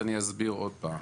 אסביר עוד פעם.